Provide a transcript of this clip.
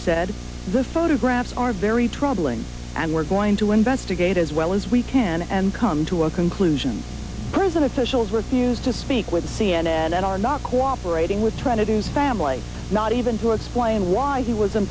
said the photographs are very troubling and we're going to investigate as well as we can and come to a conclusion prison officials refused to speak with c n n and are not cooperating with trying to do family not even to explain why he was